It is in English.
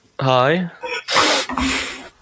Hi